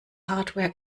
hardware